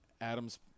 Adam's